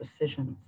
decisions